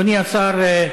אדוני השר,